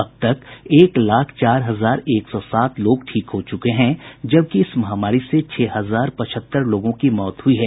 अब तक एक लाख चार हजार एक सौ सात लोग ठीक हो चुके हैं जबकि इस महामारी से छह हजार पचहत्तर लोगों की मौत हुई हैं